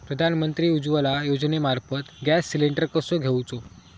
प्रधानमंत्री उज्वला योजनेमार्फत gas cylinder कसो घेऊचो?